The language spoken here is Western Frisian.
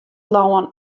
lân